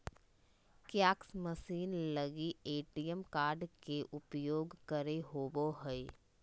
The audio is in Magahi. कियाक्स मशीन लगी ए.टी.एम कार्ड के उपयोग करे होबो हइ